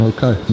Okay